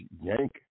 yank